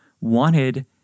wanted